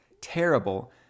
terrible